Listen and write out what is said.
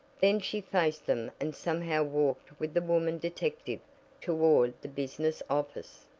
then she faced them and somehow walked with the woman detective toward the business office.